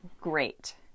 great